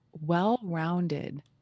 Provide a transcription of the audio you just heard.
well-rounded